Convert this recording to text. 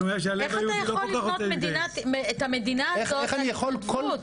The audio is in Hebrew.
איך אתה יכול לבנות את המדינה הזאת מהתנדבות?